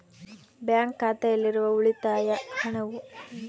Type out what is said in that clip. Bank ಖಾತೆಯಲ್ಲಿರುವ ಉಳಿತಾಯ ಹಣವು ಎಷ್ಟುಇದೆ ಅಂತ ಹೇಗೆ ನೋಡಬೇಕು?